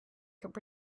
could